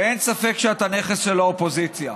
אין ספק שאתה נכס של האופוזיציה.